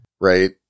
Right